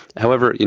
however, you know